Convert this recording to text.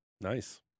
Nice